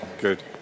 Good